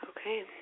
Okay